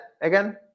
again